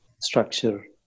structure